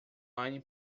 line